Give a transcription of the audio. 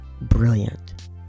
brilliant